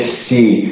see